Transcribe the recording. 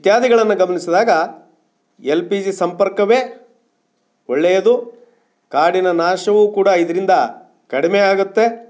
ಇತ್ಯಾದಿಗಳನ್ನು ಗಮನಿಸಿದಾಗ L P G ಸಂಪರ್ಕವೇ ಒಳ್ಳೆಯದು ಕಾಡಿನ ನಾಶವೂ ಕೂಡ ಇದರಿಂದ ಕಡಿಮೆ ಆಗುತ್ತೆ